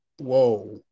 whoa